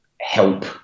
help